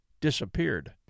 disappeared